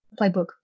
playbook